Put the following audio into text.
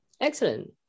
Excellent